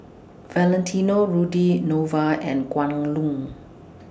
Valentino Rudy Nova and Kwan Loong